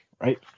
right